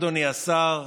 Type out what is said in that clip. אדוני השר,